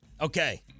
Okay